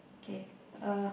K uh